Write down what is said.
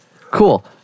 Cool